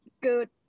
good